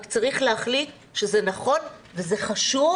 רק צריך להחליט שזה נכון וזה חשוב,